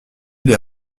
les